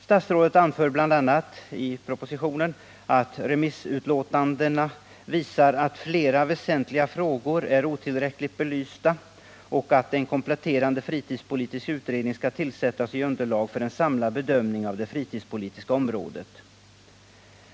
Statsrådet anför i propositionen bl.a. att remissutlåtandena visar att flera väsentliga frågor är otillräckligt belysta och att en kompletterande fritidspolitisk utredning skall tillsättas, som kan ge underlag för en samlad bedömning av det fritidspolitiska området.